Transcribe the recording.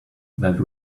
that